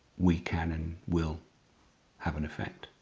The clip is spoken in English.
we can and will have an effect.